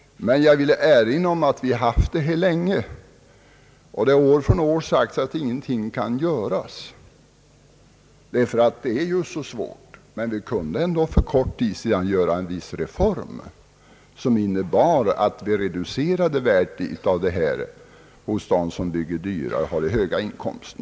Men jag vill erinra om att vi har haft det här problemet länge, och det har år från år sagts att ingenting kan göras, därför att det är så svårt. Vi kunde ändå för en tid sedan genomföra en reform, som innebar att vi reducerade värdet av denna förmån för dem som bygger dyrt och har höga inkomster.